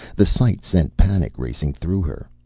the sight sent panic racing through her.